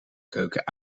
keuken